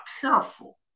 careful